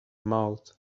mouth